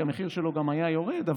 כי המחיר שלו גם היה יורד.